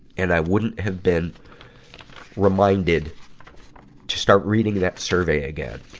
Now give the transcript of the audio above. and i wouldn't have been reminded to start reading that survey again.